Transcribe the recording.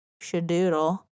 shadoodle